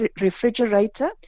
refrigerator